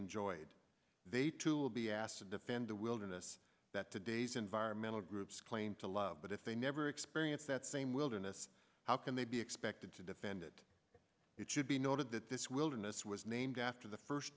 enjoyed they too will be asked to defend the wilderness that today's environmental groups claim to love but if they never experience that same wilderness how can they be expected to defend it it should be noted that this wilderness was named after the first